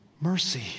mercy